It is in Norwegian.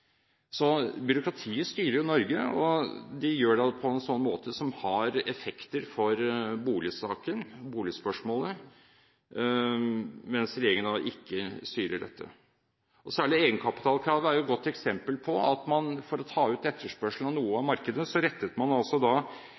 Så byråkratiet styrer Norge, og de gjør det på en måte som har effekter for boligspørsmålet – mens regjeringen da ikke styrer dette. Særlig egenkapitalkravet er et godt eksempel. For å ta ut etterspørselen av noe av markedet rettet man